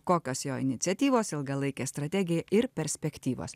kokios jo iniciatyvos ilgalaikė strategija ir perspektyvos